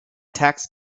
tax